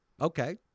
Okay